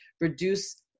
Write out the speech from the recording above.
reduce